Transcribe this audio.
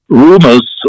rumors